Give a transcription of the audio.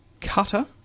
cutter